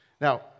Now